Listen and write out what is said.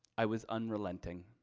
i was unrelenting.